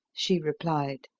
she replied.